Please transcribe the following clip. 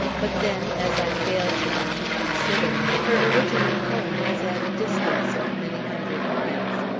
but then, as i failed not to consider, her original home was at a distance of many hundred miles.